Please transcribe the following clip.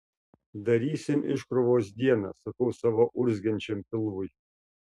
darysim iškrovos dieną sakau savo urzgiančiam pilvui